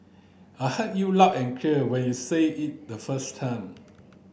I heard you loud and clear when you said it the first time